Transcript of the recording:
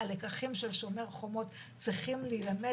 הלקחים של "שומר חומות" צריכים להילמד